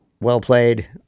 well-played